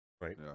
Right